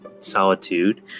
Solitude